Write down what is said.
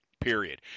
period